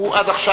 הוא עד עכשיו